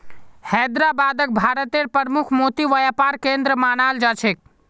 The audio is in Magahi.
हैदराबादक भारतेर प्रमुख मोती व्यापार केंद्र मानाल जा छेक